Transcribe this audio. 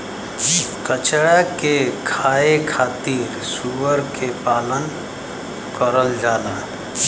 कचरा के खाए खातिर सूअर के पालन करल जाला